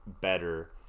better